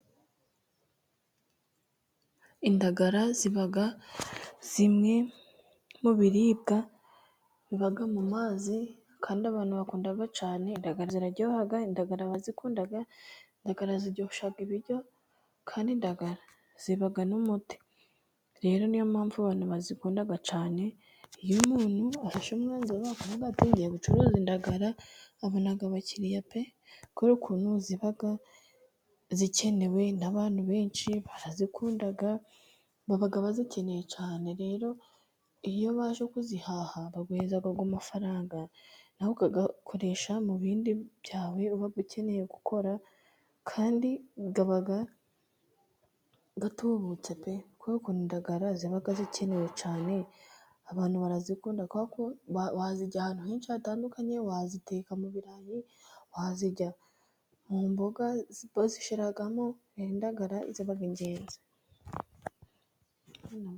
Indagara ziba zimwe mu biribwa biba mu mazi kandi abantu bakunda cyane, ziraryoha indagara ziraryoha indagara barazikunda indagara ziryosha ibiryo kandi indagara ziba n'umuti, rero niyo mpamvu abantu bazikunda cyane, iyo umuntu afashe umwanzuro akavuga ati ngiye gucuruza indagara, abona abakiriya pe, kubera ukuntu ziba zikenewe n'abantu benshi barazikunda, baba bazikeneye cyne. Rero iyo baje kuzihaha baguhereza amafaranga nawe ukayakoresha mu bindi byawe uba ukeneye gukora, kandi uba utubutse pe, kuko indadagara ziba zikenewe cyane abantu barazikunda. Bazirya ahantu henshi hatandukanye waziteka mu birarayi, wa bakazirya mu mboga bazishyiramo indagara ziba ingenzi.